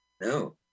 No